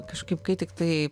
kažkaip kai tiktai